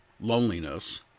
loneliness